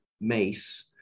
Mace